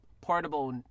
portable